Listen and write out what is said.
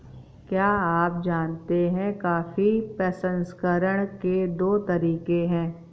क्या आप जानते है कॉफी प्रसंस्करण के दो तरीके है?